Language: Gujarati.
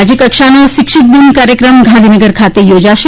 રાજ્યકક્ષાનો શિક્ષક દિન કાર્યક્રમ ગાંધીનગર ખાતે યોજાશે